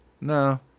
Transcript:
no